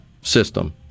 system